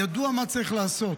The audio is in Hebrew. ידוע מה צריך לעשות.